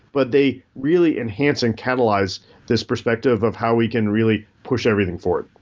but they really enhance and catalyze this perspective of how we can really push everything forward.